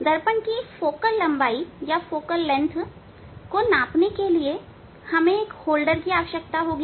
दर्पण की फोकल लंबाई को मापने के लिए आपके पास एक होल्डर होना चाहिए